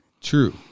True